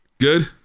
good